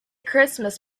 christmas